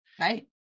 Right